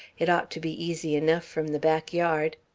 it ought to be easy enough from the back yard.